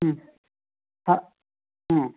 हां हां